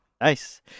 nice